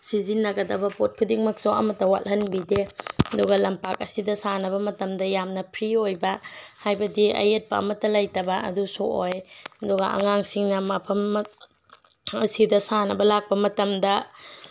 ꯁꯤꯖꯤꯟꯅꯒꯗꯕ ꯄꯣꯠ ꯈꯨꯗꯤꯡꯃꯛꯁꯨ ꯑꯃꯠꯇ ꯋꯥꯠꯍꯟꯕꯤꯗꯦ ꯑꯗꯨꯒ ꯂꯝꯄꯥꯛ ꯑꯁꯤꯗ ꯁꯥꯟꯅꯕ ꯃꯇꯝꯗ ꯌꯥꯝꯅ ꯐ꯭ꯔꯤ ꯑꯣꯏꯕ ꯍꯥꯏꯕꯗꯤ ꯑꯌꯦꯠꯄ ꯑꯃꯠꯇ ꯂꯩꯇꯕ ꯑꯗꯨꯁꯨ ꯑꯣꯏ ꯑꯗꯨꯒ ꯑꯉꯥꯡꯁꯤꯡꯅ ꯃꯐꯝ ꯑꯁꯤꯗ ꯁꯥꯟꯅꯕ ꯂꯥꯛꯄ ꯃꯇꯝꯗ